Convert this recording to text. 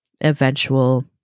eventual